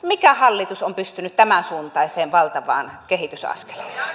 mikä hallitus on pystynyt tämänsuuntaiseen valtavaan kehitysaskeleeseen